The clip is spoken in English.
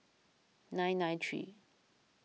nine nine three